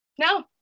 No